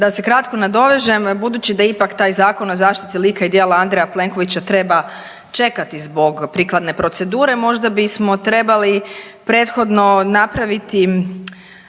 Da se kratko nadovežem, budući da ipak taj zakon o zaštiti lika i djela Andreja Plenkovića treba čekati zbog prikladne procedure, možda bismo trebali prethodno napraviti